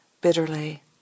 bitterly